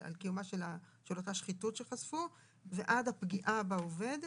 על קיומה של אותה שחיתות שחשפו ועד הפגיעה בעובד.